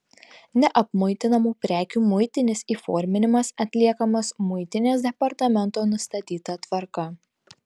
neapmuitinamų prekių muitinis įforminimas atliekamas muitinės departamento nustatyta tvarka